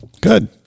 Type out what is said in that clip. Good